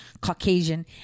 Caucasian